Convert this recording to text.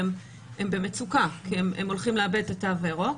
והם במצוקה, כי הם הולכים לאבד את התו הירוק.